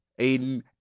Aiden